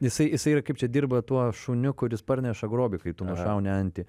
jisai jisai yra kaip čia dirba tuo šuniu kuris parneša grobį kai tu nušauni antį